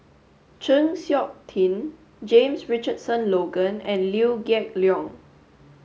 Chng Seok Tin James Richardson Logan and Liew Geok Leong